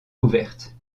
couverte